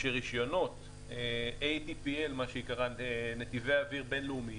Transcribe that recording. שרישיונות נתיבי אוויר בין-לאומיים,